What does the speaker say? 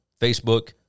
Facebook